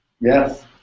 Yes